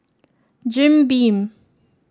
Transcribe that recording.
Jim Beam